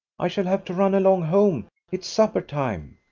i shall have to run along home it's supper time.